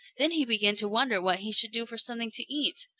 then he began to wonder what he should do for something to eat,